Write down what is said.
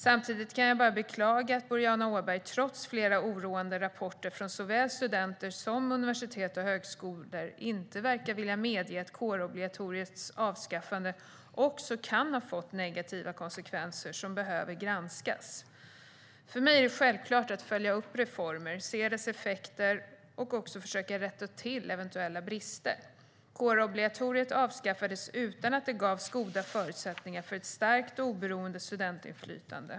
Samtidigt kan jag bara beklaga att Boriana Åberg, trots flera oroande rapporter från såväl studenter som universitet och högskolor, inte verkar vilja medge att kårobligatoriets avskaffande också kan ha fått negativa konsekvenser som behöver granskas. För mig är det självklart att följa upp reformer, se deras effekter och också försöka rätta till eventuella brister. Kårobligatoriet avskaffades utan att det gavs goda förutsättningar för ett starkt och oberoende studentinflytande.